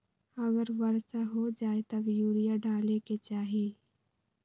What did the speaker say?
अगर वर्षा हो जाए तब यूरिया डाले के चाहि?